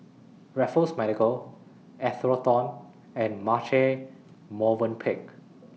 Raffles Medical Atherton and Marche Movenpick